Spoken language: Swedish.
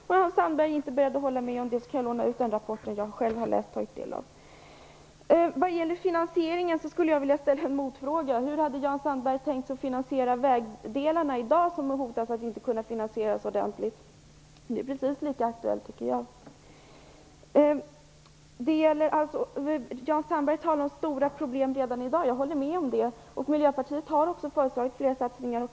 Är Jan Sandberg inte beredd att hålla med om det kan jag låna ut den rapport jag själv har läst och tagit del av. Vag gäller finansieringen skulle jag vilja ställa en motfråga: Hur hade Jan Sandberg tänkt sig att finansiera de vägdelar som i dag hotas av att inte kunna finansieras ordentligt? Det tycker jag är precis lika aktuellt. Jan Sandberg talar om att vi har stora problem redan i dag, och jag håller med om det. Miljöpartiet har också föreslagit flera satsningar.